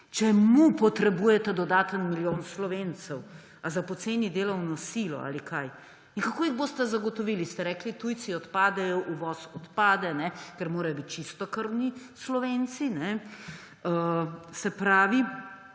Čemu potrebujete dodaten milijon Slovencev – za poceni delovno silo ali kaj? Kako jih boste zagotovili? Rekli ste, tujci odpadejo, uvoz odpade, ker morajo biti čistokrvni Slovenci. Kaj